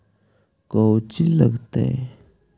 कौची लगतय?